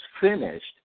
finished